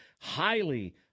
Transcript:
Highly